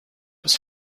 was